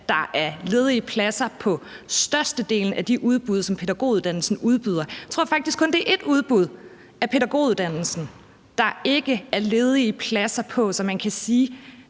at der er ledige pladser på størstedelen af de udbud, som man udbyder. Jeg tror faktisk kun, at det er ét udbud af pædagoguddannelsen, der ikke er ledige pladser på. Så man kan sige,